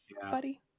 buddy